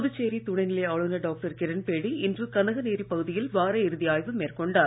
புதுச்சேரி துணைநிலை ஆளுநர் டாக்டர் கிரண்பேடி இன்று கனகனேரி பகுதியில் வாரயிறுதி ஆய்வு மேற்கொண்டார்